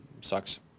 sucks